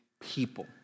people